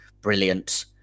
brilliant